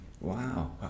Wow